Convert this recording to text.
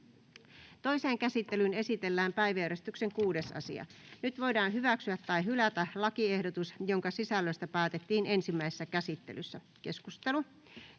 Toiseen käsittelyyn esitellään päiväjärjestyksen 4. asia. Nyt voidaan hyväksyä tai hylätä lakiehdotus, jonka sisällöstä päätettiin ensimmäisessä käsittelyssä. — Keskustelu,